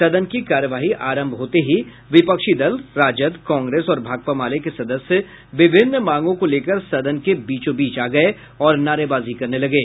सदन की कार्यवाही आरंभ होते ही विपक्षी दल राजद कांग्रेस और भाकपा माले के सदस्य विभिन्न मांगों को लेकर सदन के बीचोंबीच आ गये और नारेबाजी करने लगे